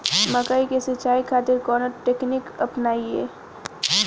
मकई के सिंचाई खातिर कवन तकनीक अपनाई?